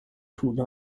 tun